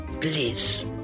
Please